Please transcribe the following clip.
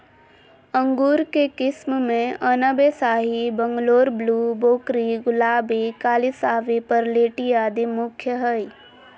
अंगूर के किस्म मे अनब ए शाही, बंगलोर ब्लू, भोकरी, गुलाबी, काली शाहवी, परलेटी आदि मुख्य हई